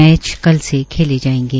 match कल से खेलें जायेंगे